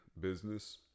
business